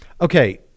Okay